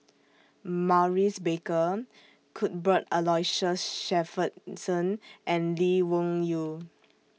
Maurice Baker Cuthbert Aloysius Shepherdson and Lee Wung Yew